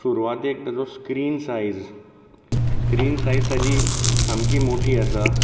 सुरवातेक ताजो screen size screen size ताजी सामकी मोठी आसा